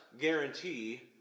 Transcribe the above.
guarantee